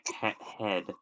head